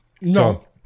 No